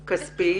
עיצומים כספיים?